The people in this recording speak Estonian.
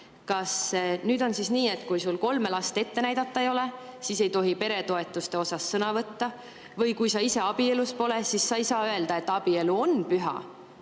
nüüd on siis nii, et kui sul kolme last ette näidata ei ole, siis ei tohi sa peretoetuste teemal sõna võtta, või kui sa ise abielus pole, siis sa ei saa öelda, et abielu on püha?